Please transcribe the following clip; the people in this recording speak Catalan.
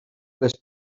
les